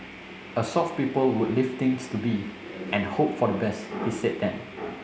a soft people would leave things to be and hope for the best he said then